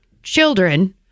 Children